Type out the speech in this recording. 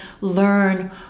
learn